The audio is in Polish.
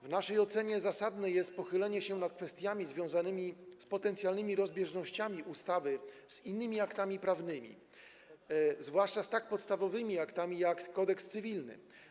W naszej ocenie zasadne jest pochylenie się nad kwestiami związanymi z potencjalnymi rozbieżnościami miedzy ustawą a innymi aktami prawnymi, zwłaszcza tak podstawowymi aktami jak Kodeks cywilny.